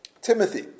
Timothy